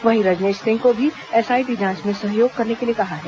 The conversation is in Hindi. वहीं रजनेश सिंह को भी एसआईटी जाँच में सहयोग करने के लिए कहा है